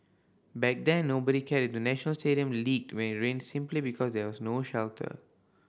back then nobody cared the National Stadium leaked when it rained simply because there was no shelter